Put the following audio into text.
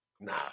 Nah